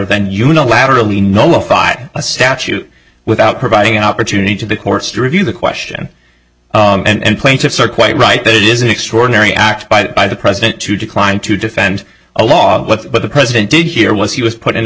than unilaterally nullify a statute without providing an opportunity to the courts to review the question and plaintiffs are quite right that it is an extraordinary act by the president to decline to defend a law but the president did here was he was put in a